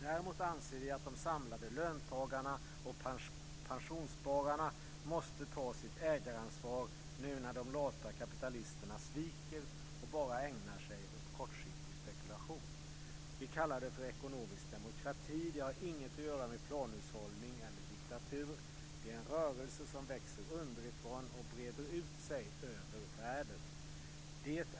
Däremot anser vi att de samlade löntagarna och pensionsspararna måste ta sitt ägaransvar nu när de lata kapitalisterna sviker och bara ägnar sig åt kortsiktig spekulation. Vi kallar det ekonomisk demokrati. Det har inget att göra med planhushållning eller diktatur. Det är en rörelse som växer underifrån och breder ut sig över världen.